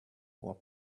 more